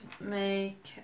make